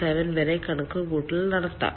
7 വരെ കണക്കുകൂട്ടൽ നടത്തണം